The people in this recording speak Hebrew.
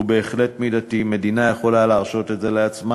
הוא בהחלט מידתי, מדינה יכולה להרשות את זה לעצמה.